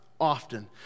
often